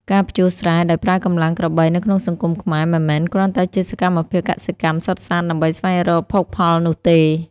ការភ្ជួរស្រែដោយប្រើកម្លាំងក្របីនៅក្នុងសង្គមខ្មែរ មិនមែនគ្រាន់តែជាសកម្មភាពកសិកម្មសុទ្ធសាធដើម្បីស្វែងរកភោគផលនោះទេ។